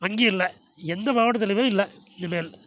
அங்கேயும் இல்லை எந்த மாவட்டத்துலியுமே இல்லை இனிமேல்